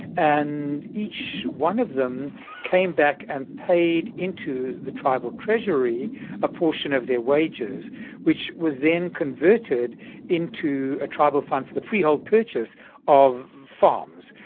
and each one of them came back and paid into the tribal treasury a portion of their wages which was then converted into a tribal fund for the freehold purchase of farms.